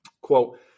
Quote